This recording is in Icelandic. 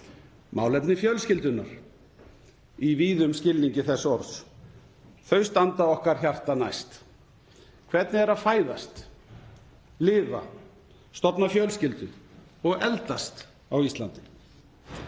Málefni fjölskyldunnar í víðum skilningi þess orðs standa hjarta okkar næst. Hvernig er að fæðast, lifa, stofna fjölskyldu og eldast á Íslandi?